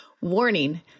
Warning